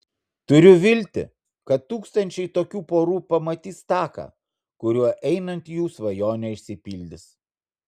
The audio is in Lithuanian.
turiu viltį kad tūkstančiai tokių porų pamatys taką kuriuo einant jų svajonė išsipildys